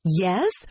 yes